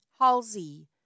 Halsey